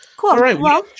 Cool